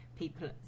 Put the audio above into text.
People